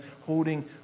holding